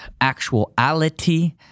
actuality